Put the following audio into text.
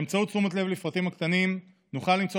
באמצעות תשומת לב לפרטים הקטנים נוכל למצוא